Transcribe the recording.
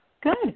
Good